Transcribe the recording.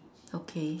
okay